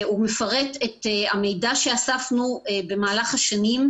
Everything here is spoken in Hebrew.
הוא מפרט את המידע שאספנו במהלך השנים,